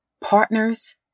partners